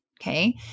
Okay